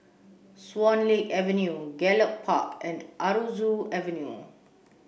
Swan Lake Avenue Gallop Park and Aroozoo Avenue